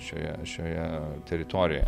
šioje šioje teritorijoje